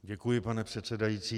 Děkuji pane předsedající.